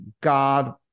God